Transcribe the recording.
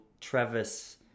Travis